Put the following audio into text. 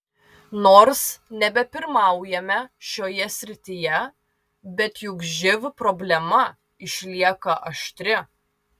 nors nebepirmaujame šioje srityje bet juk živ problema išlieka aštri